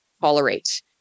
tolerate